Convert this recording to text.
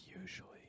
Usually